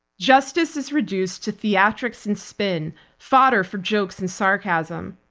justice is reduced to theatrical and spin fodder for jokes and sarcasm,